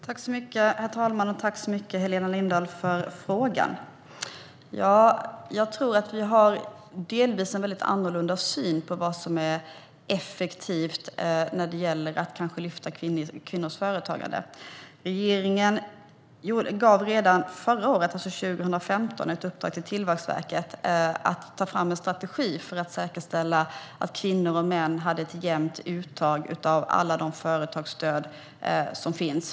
Herr talman! Tack, Helena Lindahl, för frågan! Vi har delvis en annorlunda syn på vad som är effektivt i att lyfta fram kvinnors företagande. Regeringen gav 2015 ett uppdrag till Tillväxtverket att ta fram en strategi för att säkerställa att kvinnor och män har ett jämnt uttag av alla de företagsstöd som finns.